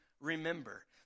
remember